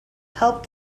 helped